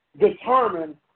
determine